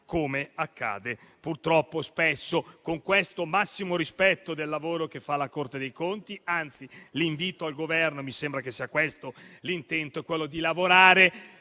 come accade purtroppo spesso. Con ciò massimo rispetto del lavoro che fa la Corte dei conti, anzi l'invito al Governo - mi sembra che sia questo l'intento - è quello di lavorare